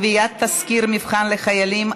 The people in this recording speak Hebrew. קביעת תסקיר מבחן לחיילים),